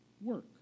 work